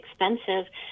expensive